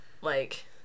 Like-